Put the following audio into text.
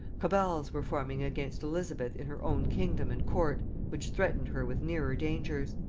cabals were forming against elizabeth in her own kingdom and court which threatened her with nearer dangers.